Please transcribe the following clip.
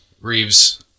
Reeves